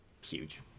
huge